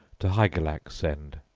to hygelac send!